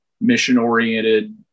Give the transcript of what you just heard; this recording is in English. mission-oriented